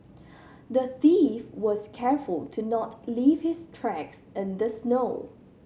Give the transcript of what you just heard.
the thief was careful to not leave his tracks in the snow